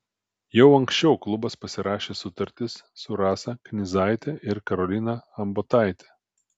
jau anksčiau klubas pasirašė sutartis su rasa knyzaite ir karolina ambotaite